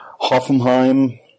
Hoffenheim